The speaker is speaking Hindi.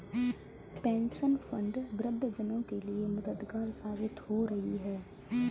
पेंशन फंड वृद्ध जनों के लिए मददगार साबित हो रही है